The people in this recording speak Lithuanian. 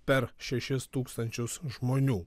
per šešis tūkstančius žmonių